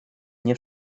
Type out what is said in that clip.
nie